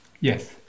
yes